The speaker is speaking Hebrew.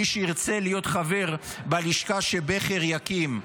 מי שירצה להיות חבר בלשכה שבכר יקים,